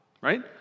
right